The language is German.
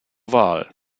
wahl